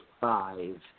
five